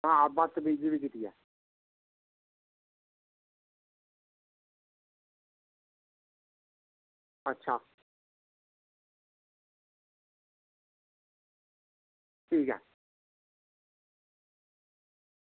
आं बदतमीजी बी कीती ऐ अच्छा ठीक ऐ